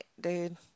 dude